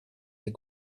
der